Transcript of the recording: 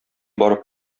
барып